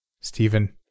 Stephen